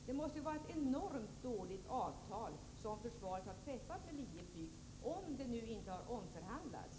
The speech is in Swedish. Det måste vara ett enormt dåligt avtal som försvaret har träffat med Linjeflyg, om det nu inte har omförhandlats.